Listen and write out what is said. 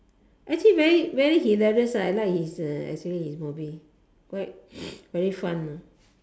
actually very very hilarious ah I like his uh actually his movies like very fun know